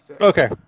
Okay